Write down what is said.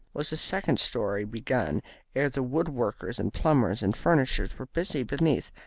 was the second storey begun ere the wood-workers and plumbers and furnishers were busy beneath,